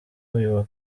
uyu